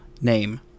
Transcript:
name